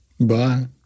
Bye